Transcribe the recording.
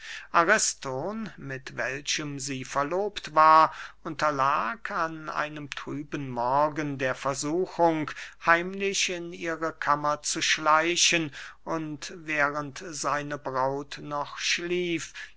ariston mit welchem sie verlobt war unterlag an einem trüben morgen der versuchung heimlich in ihre kammer zu schleichen und während seine braut noch schlief